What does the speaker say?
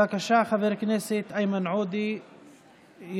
בבקשה, חבר הכנסת איימן עודה ינמק.